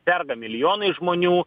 serga milijonai žmonių